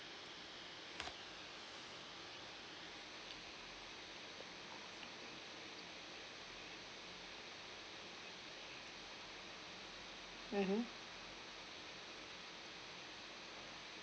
mmhmm